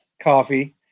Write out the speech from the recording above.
coffee